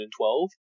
2012